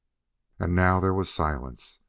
and now there was silence,